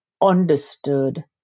understood